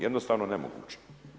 Jednostavno nemoguće.